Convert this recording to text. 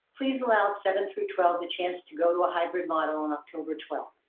please allow seven through twelve, the chance to go to a hybrid model on october twelfth.